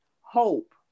Hope